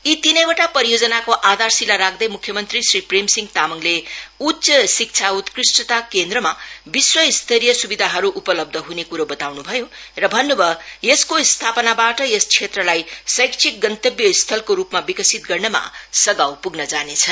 यी तीनैवटा परियोजनाको आधारशिला राख्दै मुख्य मन्त्री श्री प्रेमसिंह तामाङले उच्च शिक्षा उत्कृष्ठता केन्द्रमा विश्वस्तरीय सुविधाहरू उपलब्ध हुने कुरो बताउनु भयो र भन्नु भयो यसको स्थापनाबाट यस क्षेत्रलाई शैक्षिक गन्तब्यस्थलको रूपमा विकसित गर्नमा सघाउ पुग्न जानेछ